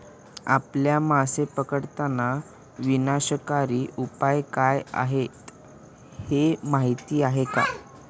आपल्या मासे पकडताना विनाशकारी उपाय काय आहेत हे माहीत आहे का?